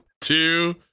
two